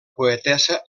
poetessa